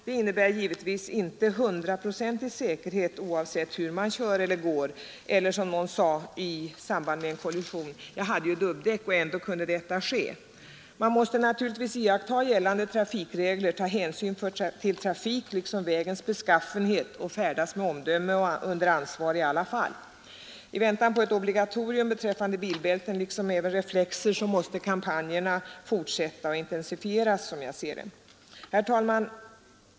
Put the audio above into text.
Det innebär givetvis inte hundraprocentig säkerhet oavsett hur man kör eller går — eller som någon sade i samband med en kollision: ”Jag hade ju dubbdäck och ändå kunde detta ske! ” Man måste naturligtvis iaktta gällande trafikregler, ta hänsyn till trafik liksom till vägens beskaffenhet och färdas med omdöme och under ansvar i alla fall. I väntan på ett obligatorium beträffande bilbälten liksom även reflexer måste kampanjerna fortsätta och intensifieras, som jag ser det. Herr talman!